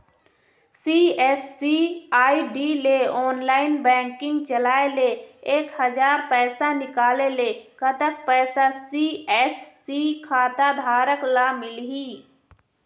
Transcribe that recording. CSC I D ले online banking चलाए ले एक हजार पैसा निकाले ले कतक पैसा सी.एस.सी खाता धारक ला मिलही?